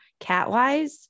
catwise